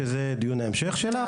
שזה דיון ההמשך שלך,